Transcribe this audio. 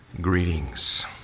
greetings